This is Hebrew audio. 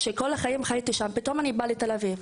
אחרי שכל החיים גרתי שם, פתאום הגעתי לתל אביב,